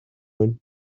going